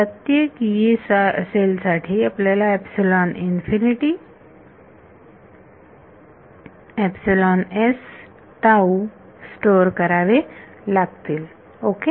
प्रत्येक यी सेल साठी आपल्याला स्टोअर करावे लागतील ओके